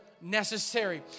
necessary